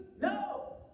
no